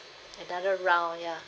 another round ya